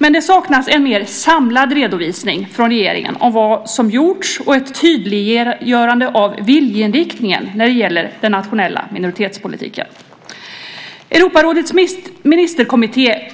Men det saknas en mer samlad redovisning från regeringen om vad som har gjorts och ett tydliggörande av viljeinriktningen när det gäller den nationella minoritetspolitiken. Europarådets ministerkommitté